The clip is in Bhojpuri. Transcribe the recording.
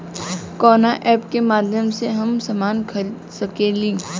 कवना ऐपके माध्यम से हम समान खरीद सकीला?